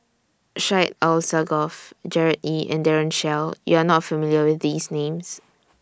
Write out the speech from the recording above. Syed Alsagoff Gerard Ee and Daren Shiau YOU Are not familiar with These Names